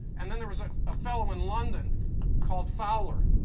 and then there was a fellow in london called fowler.